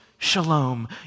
Shalom